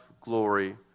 glory